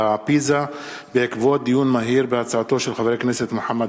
ההצעה להמשך דיון בוועדת הכספים.